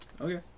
Okay